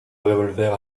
revolver